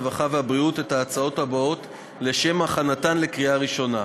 הרווחה והבריאות את ההצעות הבאות לשם הכנתן לקריאה ראשונה: